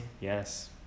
Yes